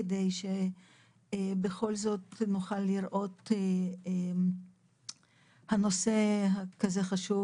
כדי שבכל זאת נוכל לראות את הנושא החשוב הזה